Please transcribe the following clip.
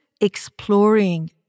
exploring